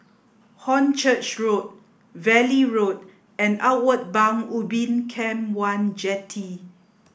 Hornchurch Road Valley Road and Outward Bound Ubin Camp One Jetty